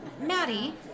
Maddie